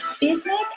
business